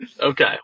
Okay